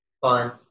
fun